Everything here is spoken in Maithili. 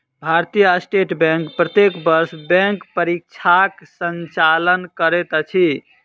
भारतीय स्टेट बैंक प्रत्येक वर्ष बैंक परीक्षाक संचालन करैत अछि